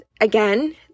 again